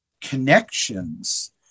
connections